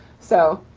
so,